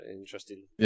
interesting